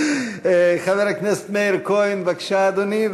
חבר הכנסת מאיר כהן, בבקשה, אדוני.